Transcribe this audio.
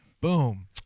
Boom